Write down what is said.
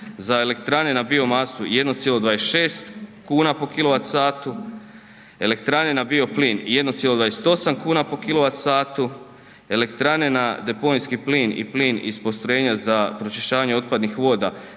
za elektrane na biomasu 1,26kn po kW, elektrane na bioplin 1,28kn po kW, elektrane na deponijski plin i plin iz postrojenja za pročišćavanje otpadnih voda